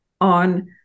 on